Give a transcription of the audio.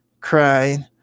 crying